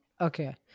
Okay